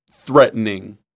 threatening